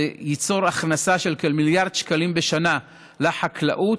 זה ייצור הכנסה של כמיליארד שקלים בשנה לחקלאות,